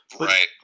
Right